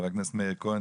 חברת הכנסת מאיר כהן,